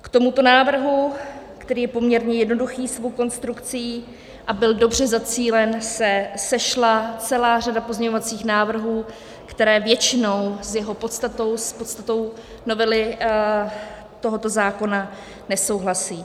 K tomuto návrhu, který je poměrně jednoduchý svou konstrukcí a byl dobře zacílen, se sešla celá řada pozměňovacích návrhů, které většinou s jeho podstatou, s podstatou novely tohoto zákona, nesouhlasí.